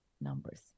numbers